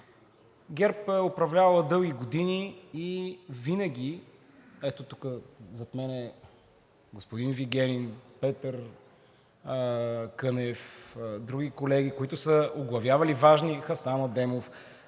ГЕРБ е управлявала дълги години и винаги, ето тук зад мен е господин Вигенин, Петър Кънев, други колеги, които са оглавявали важни… (реплика от